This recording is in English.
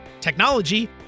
technology